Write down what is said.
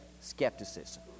skepticism